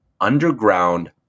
underground